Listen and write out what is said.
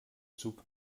zug